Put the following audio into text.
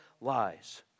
lies